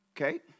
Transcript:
Okay